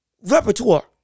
repertoire